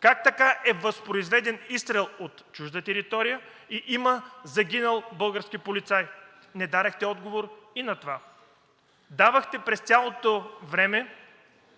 Как така е възпроизведен изстрел от чужда територия и има загинал български полицай. Не дадохте отговор и на това. През цялото време